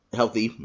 healthy